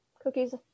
Cookies